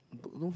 don't know